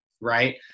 Right